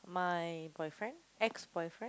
my boyfriend ex-boyfriend